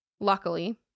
Luckily